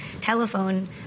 telephone